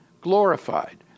glorified